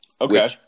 Okay